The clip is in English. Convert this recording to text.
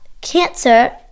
cancer